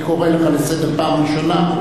אני קורא אותך לסדר פעם ראשונה.